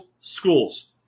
schools